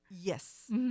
Yes